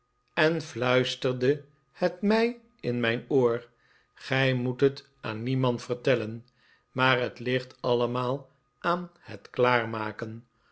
en fluisterde het mij in mijn oor tr gij moet het aan niemand vertellen maar het ligt allemaal aan het